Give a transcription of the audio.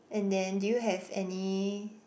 and then did you have any